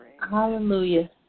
Hallelujah